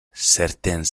certains